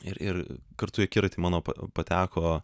ir ir kartu į akiratį mano pateko